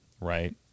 right